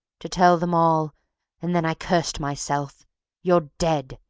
to tell them all and then i cursed myself you're dead,